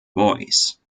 voice